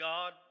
God